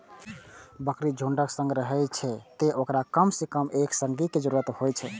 बकरी झुंडक संग रहै छै, तें ओकरा कम सं कम एक संगी के जरूरत होइ छै